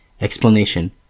Explanation